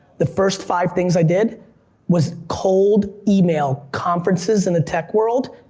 the first five things i did was cold email conferences in the tech world,